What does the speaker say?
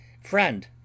Friend